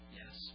yes